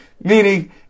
Meaning